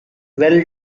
well